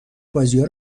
بازیا